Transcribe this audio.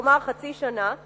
כלומר חצי שנה,